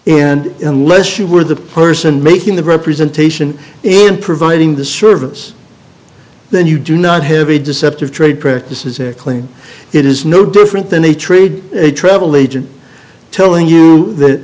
and unless she were the person making the representation and providing the service then you do not have a deceptive trade practices a claim it is no different than a trade a travel agent telling you that